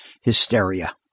hysteria